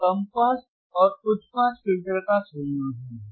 यह कम पास और उच्च पास फिल्टर का संयोजन है